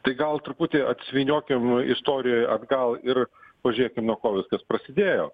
tai gal truputį atsivyniokim istorijoj atgal ir pažiūrėkim kuo viskas prasidėjo